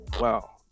wow